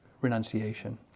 renunciation